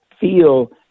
feel